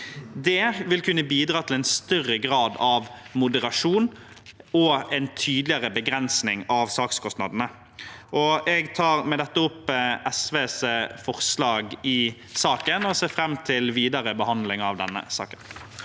Det vil kunne bidra til en større grad av moderasjon og en tydeligere begrensning av sakskostnadene. Jeg tar med dette opp SVs forslag og ser fram til videre behandling av denne saken.